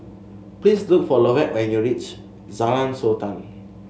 please look for Lovett when you reach Jalan Sultan